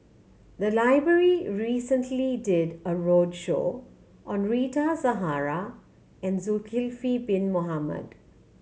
the library recently did a roadshow on Rita Zahara and Zulkifli Bin Mohamed